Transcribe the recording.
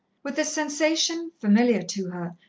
with the sensation, familiar to her,